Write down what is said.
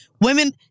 women